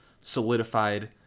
solidified